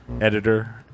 Editor